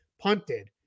punted